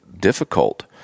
difficult